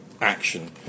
action